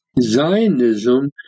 Zionism